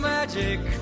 magic